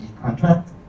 contract